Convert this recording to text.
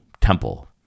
temple